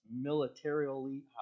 militarily